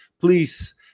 Please